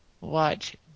Watch